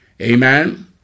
Amen